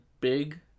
big